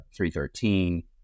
313